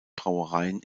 brauereien